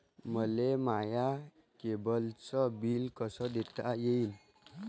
मले माया केबलचं बिल कस देता येईन?